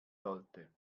sollte